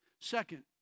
Second